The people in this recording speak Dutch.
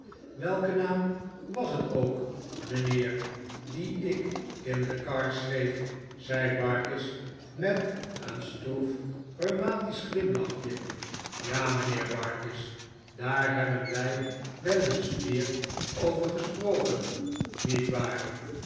welke naam was het ook mijnheer dien ik in de kar schreef zei barkis met een stroef rheumatisch glimlachje ja mijnheer barkis daar hebben wij wel eens meer over gesproken nietwaar